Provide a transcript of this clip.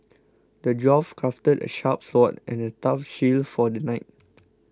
the dwarf crafted a sharp sword and a tough shield for the knight